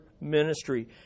ministry